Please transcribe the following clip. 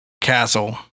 castle